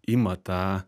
ima tą